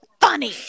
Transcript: funny